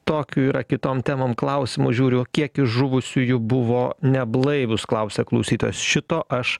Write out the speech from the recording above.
tokių yra kitom temom klausimų žiūriu kiek žuvusiųjų buvo neblaivūs klausia klausytojas šito aš